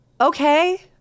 Okay